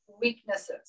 weaknesses